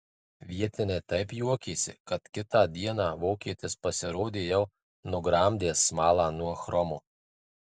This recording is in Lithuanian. vietiniai taip juokėsi kad kitą dieną vokietis pasirodė jau nugramdęs smalą nuo chromo